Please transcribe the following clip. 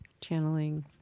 channeling